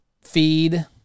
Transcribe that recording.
feed